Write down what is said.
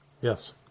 Yes